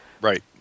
right